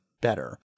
better